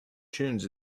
tunes